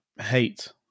hate